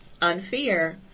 unfair